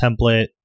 template